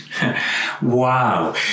Wow